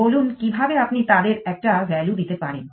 বলুন কিভাবে আপনি তাদের একটা ভ্যালু দিতে পারেন